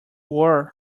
were